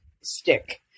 stick